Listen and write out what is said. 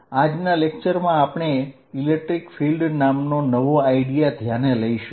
આજના લેક્ચરમાં આપણે વિદ્યુતક્ષેત્ર નામનો નવો આઈડિયા ધ્યાને લઇશું